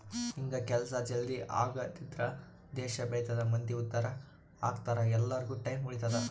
ಹಿಂಗ ಕೆಲ್ಸ ಜಲ್ದೀ ಆಗದ್ರಿಂದ ದೇಶ ಬೆಳಿತದ ಮಂದಿ ಉದ್ದಾರ ಅಗ್ತರ ಎಲ್ಲಾರ್ಗು ಟೈಮ್ ಉಳಿತದ